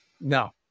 no